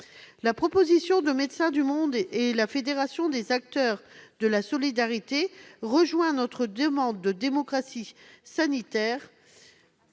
La proposition de Médecins du Monde et de la Fédération des acteurs de la solidarité rejoint notre demande de démocratie sanitaire